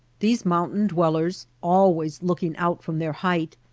these mountain-dwellers, always looking out from their height,